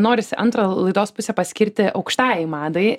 norisi antrą laidos pusę paskirti aukštajai madai